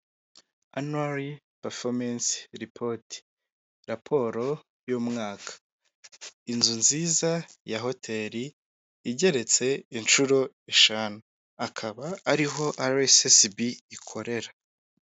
Annual performance report, raporo y'umwaka. Inzu nziza ya hotel igeretse inshuro eshanu akaba ariho RSSB ikorera.